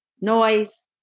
noise